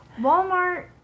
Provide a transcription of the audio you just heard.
walmart